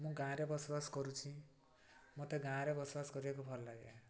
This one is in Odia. ମୁଁ ଗାଁ ରେ ବସବାସ କରୁଛି ମୋତେ ଗାଁରେ ବସବାସ କରିବାକୁ ଭଲ ଲାଗେ